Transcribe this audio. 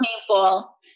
painful